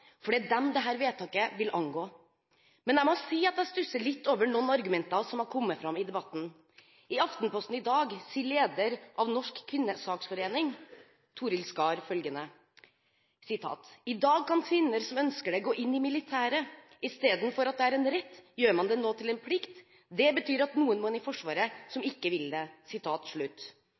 for det er dem dette vedtaket vil angå. Men jeg må si at jeg stusser litt over noen argumenter som har kommet fram i debatten. I Aftenposten i dag sier leder av Norsk Kvinnesaksforening, Torild Skard: «I dag kan kvinner som ønsker det, gå inn i militæret. Istedenfor at det er en rett, gjør man det nå til en plikt. Det betyr at noen må inn i Forsvaret som ikke vil det.»